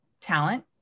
talent